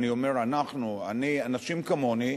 אני אומר אנחנו: אנשים כמוני,